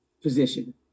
position